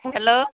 hello